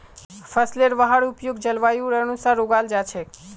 फसलेर वहार उपयुक्त जलवायुर अनुसार उगाल जा छेक